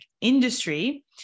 industry